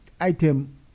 item